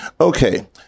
Okay